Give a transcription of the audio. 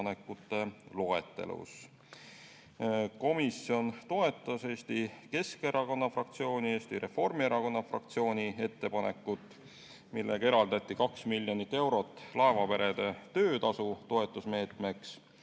muudatusettepanekute loetelus. Komisjon toetas Eesti Keskerakonna fraktsiooni ja Eesti Reformierakonna fraktsiooni ettepanekut, millega eraldati 2 miljonit eurot laevaperede töötasu toetamise meetmeks.